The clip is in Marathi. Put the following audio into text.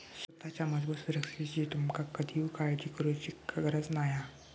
सुताच्या मजबूत सुरक्षिततेची तुमका कधीव काळजी करुची गरज नाय हा